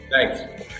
Thanks